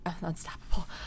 unstoppable